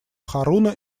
харуна